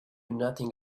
nothing